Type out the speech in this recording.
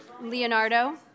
Leonardo